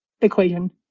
equation